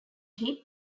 tip